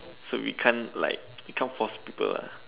so we can't like we can't force people ah